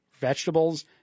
vegetables